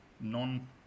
non